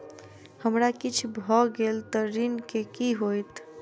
हमरा किछ भऽ गेल तऽ ऋण केँ की होइत?